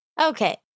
Okay